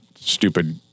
stupid